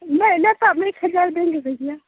मैं मैं साल में एक हजार दूँगी भैया